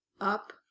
up